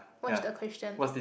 what's the question